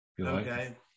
okay